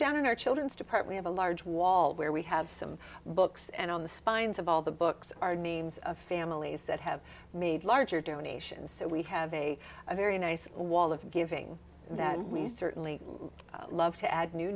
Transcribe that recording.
down in our children's depart we have a large wall where we have some books and on the spines of all the books are names of families that have made larger donations so we have a very nice wall of giving that we certainly love to add new